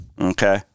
Okay